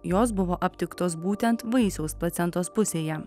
jos buvo aptiktos būtent vaisiaus placentos pusėje